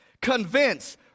Convince